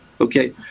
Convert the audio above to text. okay